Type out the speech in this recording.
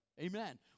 Amen